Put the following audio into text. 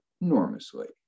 enormously